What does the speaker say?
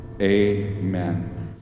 Amen